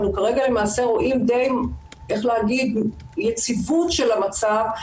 אנחנו כרגע למעשה רואים די יציבות של המצב.